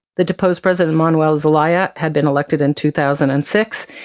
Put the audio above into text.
the deposed president, manuel zelaya, had been elected in two thousand and six,